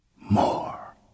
More